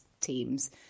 teams